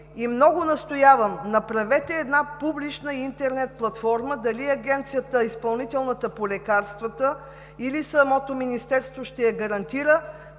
И много настоявам: направете една публична интернет платформа – дали Изпълнителната агенция по лекарствата или самото Министерството ще я гарантира,